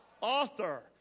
Author